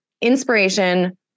inspiration